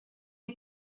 die